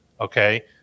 Okay